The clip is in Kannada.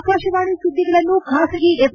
ಆಕಾಶವಾಣಿ ಸುದ್ದಿಗಳನ್ನು ಖಾಸಗಿ ಎಫ್